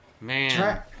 man